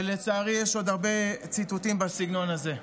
ולצערי, יש עוד הרבה ציטוטים בסגנון הזה.